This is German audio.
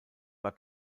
war